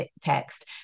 text